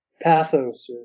pathos